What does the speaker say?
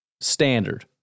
Standard